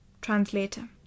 translator